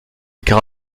était